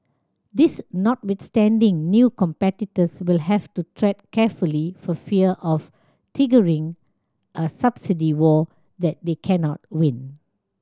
this notwithstanding new competitors will have to tread carefully for fear of triggering a subsidy war that they cannot win